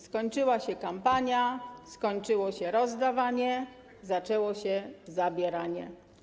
Skończyła się kampania, skończyło się rozdawanie, zaczęło się zabieranie.